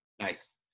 Nice